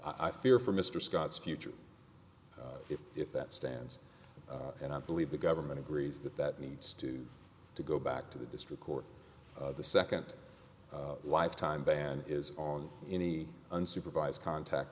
i fear for mr scott's future if if that stands and i believe the government agrees that that needs to to go back to the district court the second lifetime ban is on any unsupervised contact